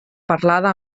parlada